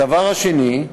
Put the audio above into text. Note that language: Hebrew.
הדבר השני,